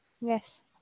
Yes